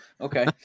Okay